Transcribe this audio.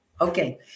Okay